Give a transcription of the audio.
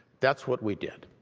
that's what we did.